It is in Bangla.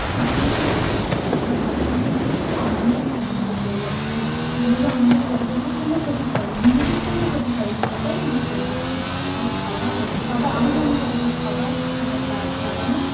শুধু কি করছি আমরা সব সময় হচ্ছে অন্যায় কাজগুলো করে যাচ্ছি যেইগুলো আমাদের পরিবেশের জন্য ক্ষতি করে নিজেদের জন্য ক্ষতি করে সেটাই আমরা করে যাচ্ছি তাই সবার আমি মনে করি যে সবার যেন গাছ লাগানো